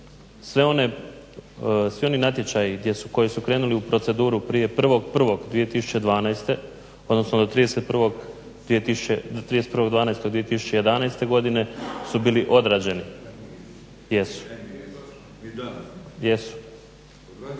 svi oni natječaji koji su krenuli u proceduru prije 1.01.2012., odnosno do 31.12.2011. godine su bili odrađeni. …